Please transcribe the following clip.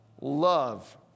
Love